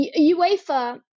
UEFA